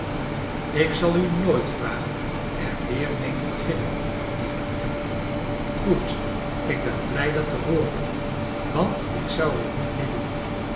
ik zal u nooit vragen er weer mee te beginnen jeremia goed ik ben blij dat te hooren want ik zou het niet meer doen